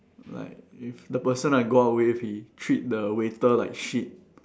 like if the person I go out with he treat the waiter like shit